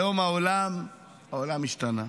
היום העולם השתנה.